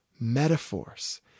Metaphors